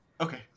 Okay